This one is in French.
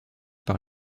par